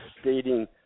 stating